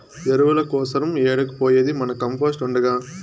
ఎరువుల కోసరం ఏడకు పోయేది మన కంపోస్ట్ ఉండగా